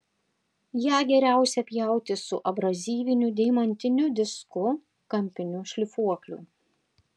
ją geriausia pjauti su abrazyviniu deimantiniu disku kampiniu šlifuokliu